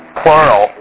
plural